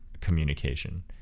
communication